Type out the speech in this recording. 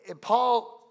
Paul